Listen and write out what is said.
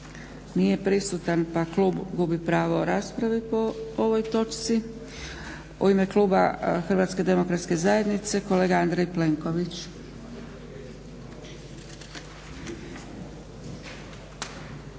Nije prisutan, pa klub gubi pravo rasprave po ovoj točci, u ime kluba HDZ-a kolega Andrej Plenković.